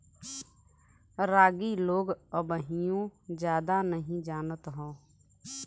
रागी लोग अबहिओ जादा नही जानत हौ